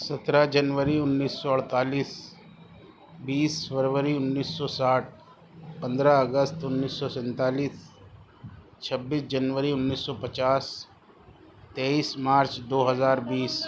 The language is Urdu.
سترہ جنوری انیس سو اڑتالیس بیس فروری انیس سو ساٹھ پندرہ اگست انیس سو سینتالیس چھبیس جنوری انیس سو پچاس تیئیس مارچ دو ہزار بیس